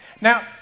Now